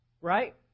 Right